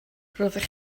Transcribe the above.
roeddech